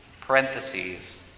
parentheses